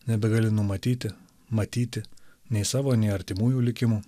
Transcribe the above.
nebegali numatyti matyti nei savo nei artimųjų likimų